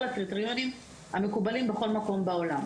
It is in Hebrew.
הקריטריונים המקובלים בכל מקום בעולם.